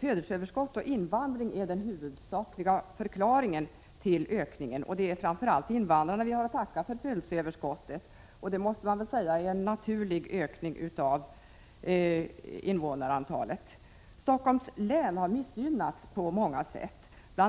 födelseöverskott och invandring är den huvudsakliga förklaringen till ökningen. Det är framför allt invandrarna vi har att tacka för födelseöverskottet, och det måste man väl säga är en naturlig ökning av invånarantalet. Stockholms län har missgynnats på många sätt. Bl.